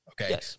okay